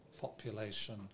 population